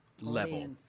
level